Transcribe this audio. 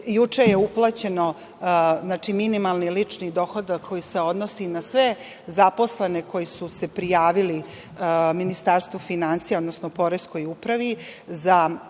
juče je uplaćen minimalni lični dohodak koji se odnosi na sve zaposlene koji su se prijavili Ministarstvu finansija, odnosno Poreskoj upravi za